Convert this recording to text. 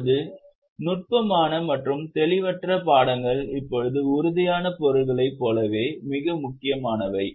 இப்போது நுட்பமான மற்றும் தெளிவற்ற பாடங்கள் இப்போது உறுதியான பொருள்களைப் போலவே மிக முக்கியமானவை